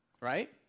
Right